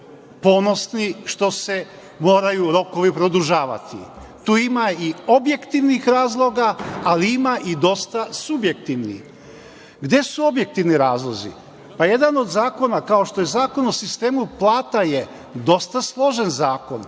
ponosni što se rokovi moraju produžavati. Tu ima i objektivnih razloga, ali ima i dosta subjektivnih. Gde su objektivni razlozi? Jedan od zakona, kao što je Zakon o sistemu plata je dosta složen zakon,